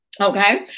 Okay